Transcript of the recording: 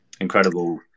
Incredible